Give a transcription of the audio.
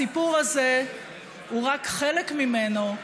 הסיפור הזה הוא רק חלק ממנו,